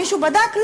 מישהו בדק?